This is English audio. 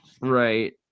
Right